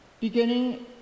Beginning